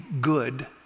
good